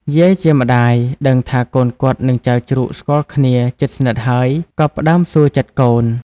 យាយជាម្ដាយដឹងថាកូនគាត់នឹងចៅជ្រូកស្គាល់គ្នាជិតស្និទ្ធហើយ ក៏ផ្ដើមសួរចិត្ដកូន។